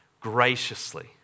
graciously